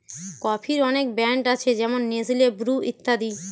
কফির অনেক ব্র্যান্ড আছে যেমন নেসলে, ব্রু ইত্যাদি